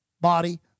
Body